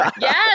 Yes